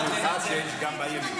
אני רק אוסיף: גם בימין.